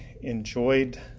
enjoyed